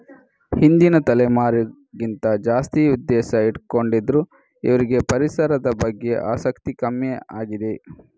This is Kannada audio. ಹಿಂದಿನ ತಲೆಮಾರಿಗಿಂತ ಜಾಸ್ತಿ ಉದ್ದೇಶ ಇಟ್ಕೊಂಡಿದ್ರು ಇವ್ರಿಗೆ ಪರಿಸರದ ಬಗ್ಗೆ ಆಸಕ್ತಿ ಕಮ್ಮಿ ಆಗಿದೆ